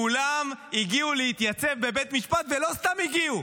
כולם הגיעו להתייצב בבית המשפט, ולא סתם הגיעו,